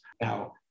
Now